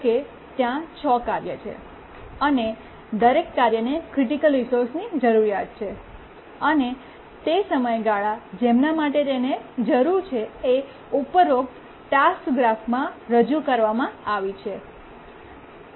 ધારો કે ત્યાં 6 કાર્યો છે અને દરેક કાર્ય ને ક્રિટિકલ રિસોર્સની જરૂરિયાત છે અને તે સમયગાળા જેમના માટે તેને જરૂર છે એ ઉપરોક્ત ટાસ્ક ગ્રાફમાં રજૂ કરવામાં આવી છે